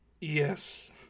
Yes